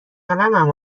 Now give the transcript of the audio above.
قلمم